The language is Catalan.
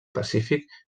pacífic